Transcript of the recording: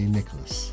Nicholas